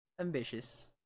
Ambitious